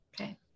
Okay